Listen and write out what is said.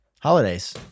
Holidays